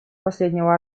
последнего